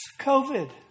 COVID